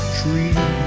tree